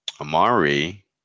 Amari